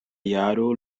jaro